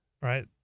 right